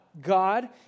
God